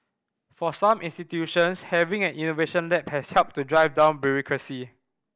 for some institutions having an innovation lab has helped to drive down bureaucracy